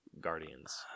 Guardians